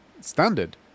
standard